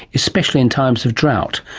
especially in times of drought.